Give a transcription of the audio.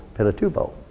pinatubo.